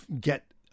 get